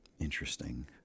interesting